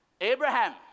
Abraham